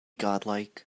godlike